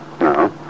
no